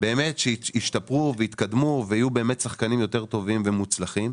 באמת שישתפרו ויתקדמו ויהיו באמת שחקנים יותר טובים ומוצלחים,